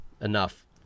enough